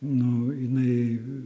nu jinai